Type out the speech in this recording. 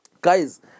Guys